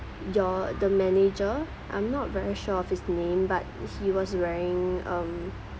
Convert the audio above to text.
your the manager I'm not very sure of his name but he was wearing um